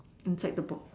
and take the box